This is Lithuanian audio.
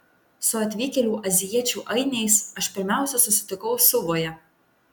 su atvykėlių azijiečių ainiais aš pirmiausia susitikau suvoje